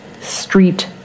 street